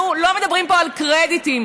אנחנו לא מדברים פה על קרדיטים.